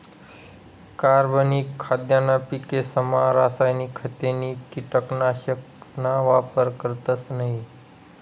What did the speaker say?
कार्बनिक खाद्यना पिकेसमा रासायनिक खते नी कीटकनाशकसना वापर करतस नयी